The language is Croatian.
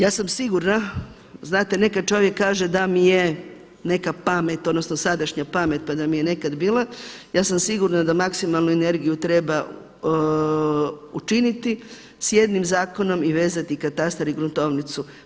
Ja sam sigurna, znate nekad čovjek kaže da mi je neka pamet odnosno sadašnja pamet da mi je nekad bila, ja sam sigurna da maksimalnu energiju treba učiniti s jednim zakonom i vezati katastar i gruntovnicu.